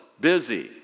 busy